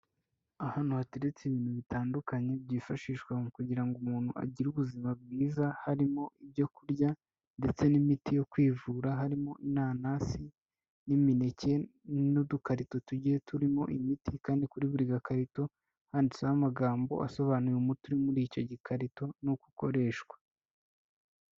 Ahantu hateretse ibintu bitandukanye byifashishwa mu kugira ngo umuntu agire ubuzima bwiza, harimo ibyo kurya ndetse n'imiti yo kwivura, harimo inanasi n'imineke, n'udukarito tugiye turimo imiti, kandi kuri buri gakarito handitseho amagambo asobanuye umuti uri muri icyo gikarito n'uko ukoreshwa.